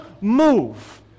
move